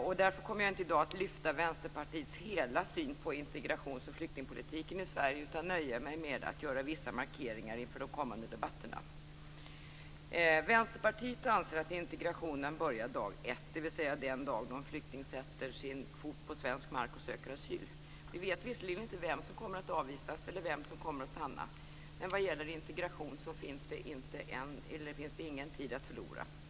Jag kommer därför inte i dag att lyfta fram Vänsterpartiets hela syn på integrations eller flyktingpolitiken i Sverige, utan nöja mig med att göra vissa markeringar inför de kommande debatterna. Vänsterpartiet anser att integrationen börjar dag 1, dvs. den dag då en flykting sätter sin fot på svensk mark och söker asyl. Vi vet visserligen inte vem som kommer att avvisas eller vem som kommer att stanna, men vad gäller integration finns det ingen tid att förlora.